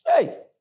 Hey